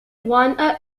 one